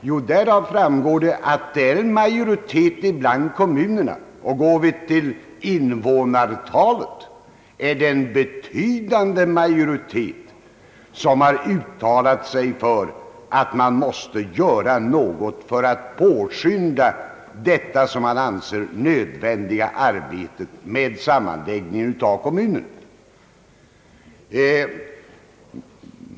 Jo, att en majoritet bland kommunerna — går vi till invånarantalet är det en betydande majoritet — har uttalat sig för att man måste påskynda detta, som man anser nödvändiga arbete med sammanläggningen av kommunerna.